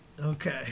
Okay